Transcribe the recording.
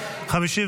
נתקבלה.